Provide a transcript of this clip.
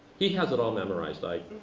he has it all memorized, i